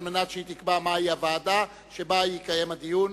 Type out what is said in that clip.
על מנת שהיא תקבע מהי הוועדה שבה יתקיים הדיון.